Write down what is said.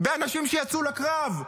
באנשים שיצאו לקרב,